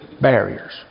barriers